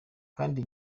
kandi